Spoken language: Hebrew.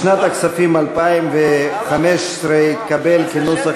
לשנת הכספים 2015, כנוסח